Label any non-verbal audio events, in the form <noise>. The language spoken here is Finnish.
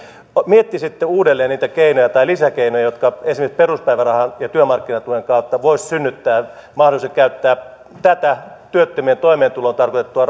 miettisitte uudelleen niitä lisäkeinoja jotka esimerkiksi peruspäivärahan ja työmarkkinatuen kautta voisivat synnyttää mahdollisuuden käyttää tätä työttömien toimeentuloon tarkoitettua <unintelligible>